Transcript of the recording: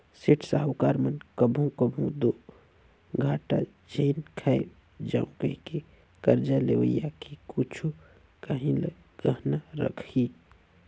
सेठ, साहूकार मन कभों कभों दो घाटा झेइन खाए जांव कहिके करजा लेवइया के कुछु काहीं ल गहना रखहीं